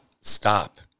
stop